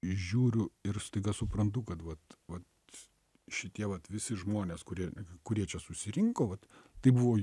žiūriu ir staiga suprantu kad vat vat šitie vat visi žmonės kurie kurie čia susirinko vat tai buvo